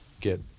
get